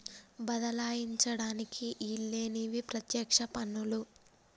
బదలాయించడానికి ఈల్లేనివి పత్యక్ష పన్నులు